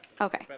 Okay